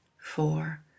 four